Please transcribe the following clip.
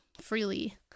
freely